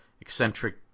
eccentric